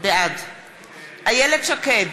בעד איילת שקד,